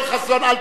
אל תעזור לי.